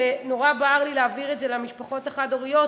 נורא בער לי להעביר את זה למשפחות החד-הוריות,